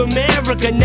America